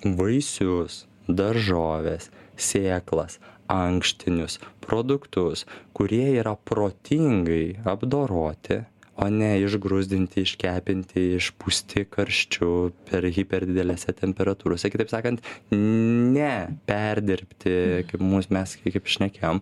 vaisius daržoves sėklas ankštinius produktus kurie yra protingai apdoroti o ne išgruzdinti iškepinti išpūsti karščiu per hiper didelėse temperatūrose kitaip sakant ne perdirbti kaip mus mes kaip šnekėjom